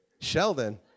Sheldon